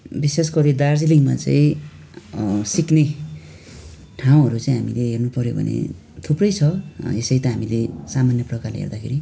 विशेष गरी दार्जिलिङमा चाहिँ सिक्ने ठाउँहरू चाहिँ हामीले हेर्नु पर्यो भने थुप्रै छ यसै त हामीले सामान्य प्रकारले हेर्दाखेरि